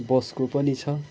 बसको पनि छ